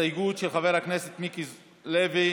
הסתייגות של חבר הכנסת מיקי לוי,